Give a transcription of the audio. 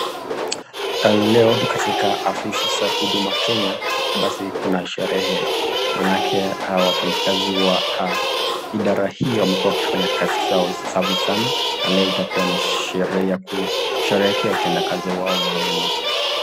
Leo katika afisi za Huduma Kenya, basi kuna sherehe, maanake hawa wafanyikazi wa idara hiyo wamekuwa wakifanya kazi zao safi sana, na leo itakuwa ni sherehe ya kusherehekea utendakazi wao mwema.